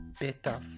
better